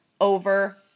over